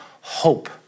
hope